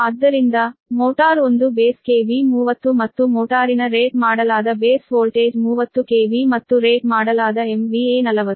ಆದ್ದರಿಂದ motor 1 base KV 30 ಮತ್ತು ಮೋಟಾರಿನ ರೇಟ್ ಮಾಡಲಾದ ಬೇಸ್ ವೋಲ್ಟೇಜ್ 30 KV ಮತ್ತು ರೇಟ್ ಮಾಡಲಾದ MVA 40